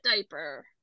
diaper